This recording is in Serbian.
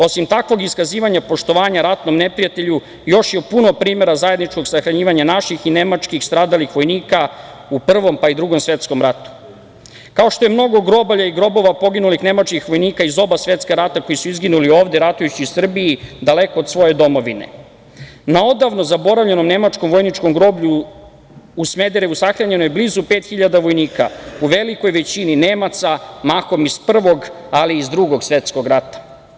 Osim takvog iskazivanja poštovanja ratnom neprijatelju još je puno primera zajedničkog sahranjivanja naših i nemačkih stradalih vojnika u Prvom, pa i Drugom svetskom ratu, kao što je mnogo grobalja i grobova poginulih nemačkih vojnika iz oba svetska rata koji su izginuli ovde ratujući u Srbiji, daleko od svoje domovine, na odavno zaboravljenom nemačkom vojničkom groblju u Smederevu sahranjeno je blizu pet hiljada vojnika, u velikoj većini Nemaca mahom iz Prvog, ali i iz Drugog svetskog rata.